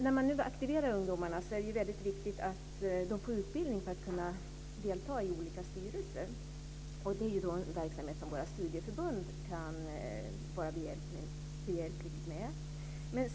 När man nu aktiverar ungdomarna är det väldigt viktigt att de får utbildning för att kunna delta i olika styrelser. Det är en verksamhet som våra studieförbund kan vara behjälpliga med.